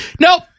Nope